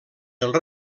dels